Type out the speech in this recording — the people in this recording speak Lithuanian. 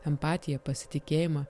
empatiją pasitikėjimą